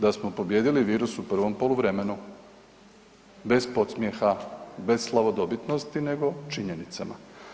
Da smo pobijedili virus u prvom poluvremenu, bez podsmjeha, bez slavodobitnosti nego činjenicama.